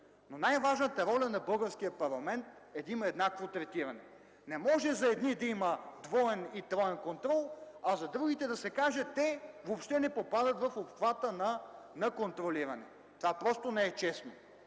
Най-важната роля на българския парламент е да има еднакво третиране. Не може за едни да има двоен и троен контрол, а за другите да се каже: те въобще не попадат в обхвата на контролиране. Това просто не е честно.